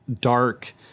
dark